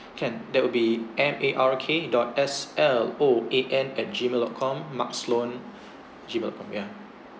can that will be M A R K dot S L O A N at gmail dot com mark sloan gmail dot com yeah